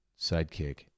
sidekick